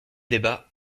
débats